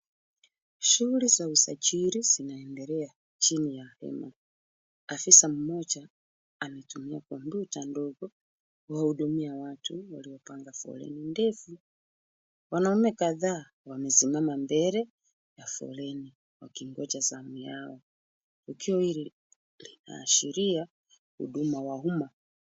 Shughuli za usajili zinaendelea chini ya hema. Afisa mmoja anatumia kompyuta ndogo kuwahudumia watu waliopanga foleni ndegu. Wanaume kadhaa wamesimama mbele ya foleni wakingoja zangu yao. Tukio hili linaashiria huduma wa umma.